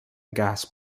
gas